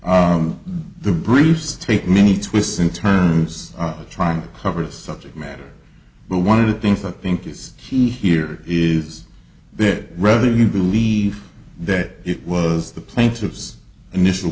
on the briefs take many twists in terms of trying to cover the subject matter but one of the things i think is key here is that rather you believe that it was the plaintiffs initial